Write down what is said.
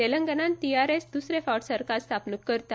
तेलंगणात टीआरएस दूसरे फावट सरकार स्थापणूक करता